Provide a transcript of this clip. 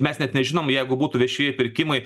mes net nežinom jeigu būtų viešieji pirkimai